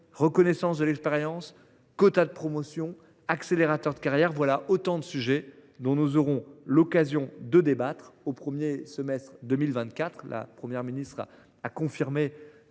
reconnaissance de l’expérience, quotas de promotion, accélérateurs de carrière : voilà autant de sujets dont nous aurons l’occasion de débattre au premier semestre 2024. La Première ministre a confirmé